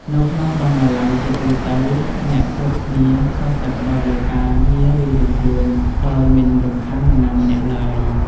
នៅក្នុងបណ្ណាល័យ ជាទូទៅអ្នកគ្រប់គ្នាសុទ្ធតែផ្តោតលើការងាររៀងៗខ្លួនដោយមិនរំខាននរណាម្នាក់ឡើយ។